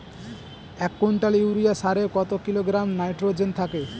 এক quintal urea সারে কত কিলোগ্রাম নাইট্রোজেন থাকে?